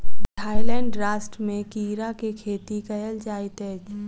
Thailand राष्ट्र में कीड़ा के खेती कयल जाइत अछि